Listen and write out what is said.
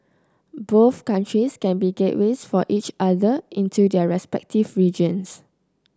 both countries can be gateways for each other into their respective regions